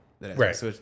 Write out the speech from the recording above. Right